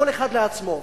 כל אחד לעצמו,